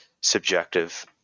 subjective